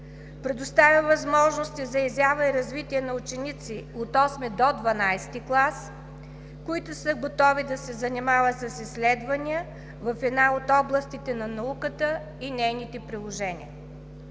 Предоставя възможности за изява и развитие на ученици от осми до дванадесети клас, които са готови да се занимават с изследвания в една от областите на науката и нейните приложения.